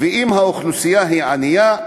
ואם האוכלוסייה היא ענייה,